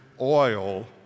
oil